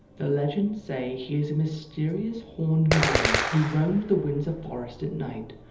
the legends say he is a mysterious horned man who roamed the windsor forest at night,